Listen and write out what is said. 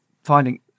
finding